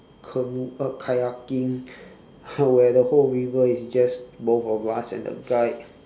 canoe uh kayaking where the whole river is just both of us and a guide